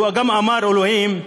הוא גם אמר, אלוהים: